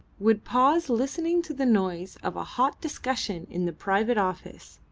would pause listening to the noise of a hot discussion in the private office,